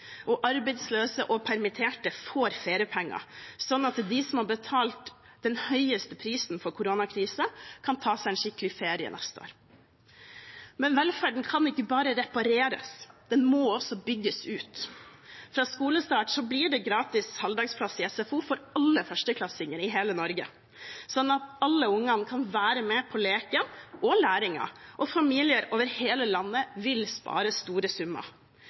og arbeidsløse og permitterte får feriepenger, slik at de som har betalt den høyeste prisen for koronakrisen, kan ta seg en skikkelig ferie neste år. Men velferden kan ikke bare repareres, den må også bygges ut. Fra skolestart blir det gratis halvdagsplass i SFO for alle førsteklassinger i hele Norge, slik at alle ungene kan være med på leken – og læringen – og familier over hele landet vil spare store summer.